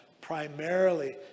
primarily